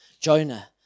Jonah